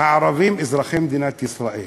הערבים אזרחי מדינת ישראל.